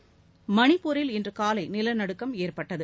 மணிப்பூரில் இன்று காலை நிலநடுக்கம் ஏற்பட்டது